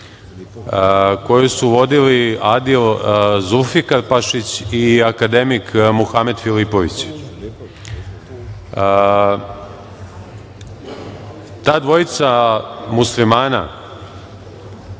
koju su vodili Adil Zulfikarpašić i akademik Muhamed Filipović. Ta dvojica muslimana,